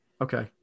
Okay